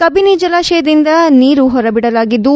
ಕಬಿನಿ ಜಲಾಶಯದಿಂದ ನೀರು ಹೊರಬಿಡಲಾಗಿದ್ದು